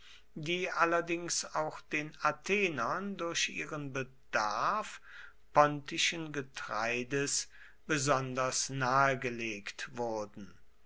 die allerdings auch den athenern durch ihren bedarf pontischen getreides besonders nahegelegt wurden